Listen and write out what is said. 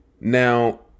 now